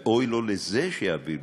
ואוי לו לזה שיעביר ביקורת,